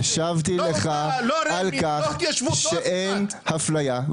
השבתי לך על כך שאין אפליה.